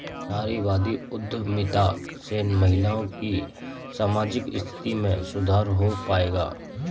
नारीवादी उद्यमिता से महिलाओं की सामाजिक स्थिति में सुधार हो पाएगा?